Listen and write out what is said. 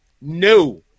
no